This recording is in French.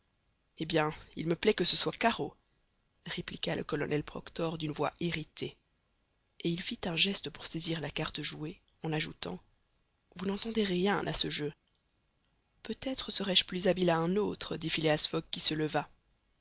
eh bien il me plaît que ce soit carreau répliqua le colonel proctor d'une voix irritée et il fit un geste pour saisir la carte jouée en ajoutant vous n'entendez rien à ce jeu peut-être serai-je plus habile à un autre dit phileas fogg qui se leva